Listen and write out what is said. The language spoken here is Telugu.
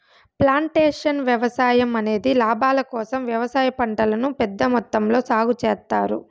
ప్లాంటేషన్ వ్యవసాయం అనేది లాభాల కోసం వ్యవసాయ పంటలను పెద్ద మొత్తంలో సాగు చేత్తారు